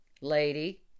Lady